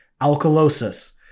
Alkalosis